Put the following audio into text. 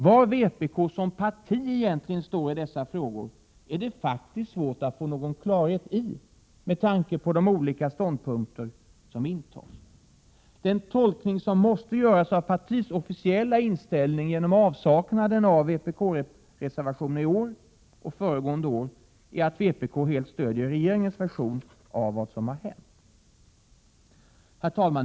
Var vpk som parti egentligen står i dessa frågor är det faktiskt svårt att få någon klarhet i med tanke på de olika ståndpunkter som intas. Den tolkning som måste göras av partiets officiella inställning genom avsaknaden av vpk-reservationer i år och föregående år är att vpk helt stöder regeringens version av vad som hänt. Herr talman!